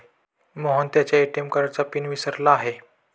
मोहन त्याच्या ए.टी.एम कार्डचा पिन विसरला आहे